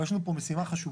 אבל יש לנו פה משימה חשובה,